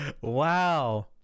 Wow